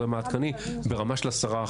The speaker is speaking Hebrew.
לא יודע אם העדכני ברמה של 10%,